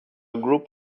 group